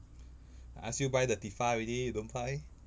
I ask you buy the tifa already you don't buy